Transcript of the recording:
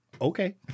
Okay